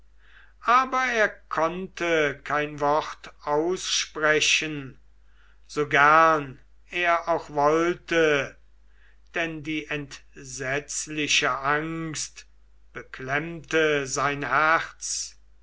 aber er konnte kein wort aussprechen so gern er auch wollte denn die entsetzliche angst beklemmte sein herz